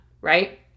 right